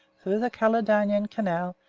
through the caledonian canal,